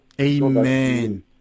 Amen